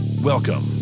Welcome